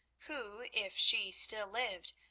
who, if she still lived,